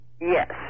Yes